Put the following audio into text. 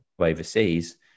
overseas